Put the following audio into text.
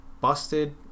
busted